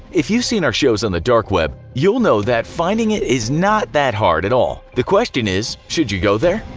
if you've seen our shows on the dark web, you'll know that finding it is not hard at all. the question is, should you go there?